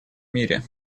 мире